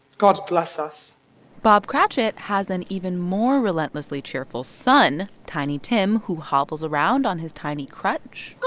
god bless us bob cratchit has an even more relentlessly cheerful son, tiny tim, who hobbles around on his tiny crutch